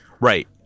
Right